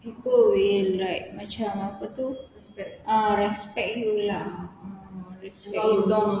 people will like macam apa tu ah respect you lah respect you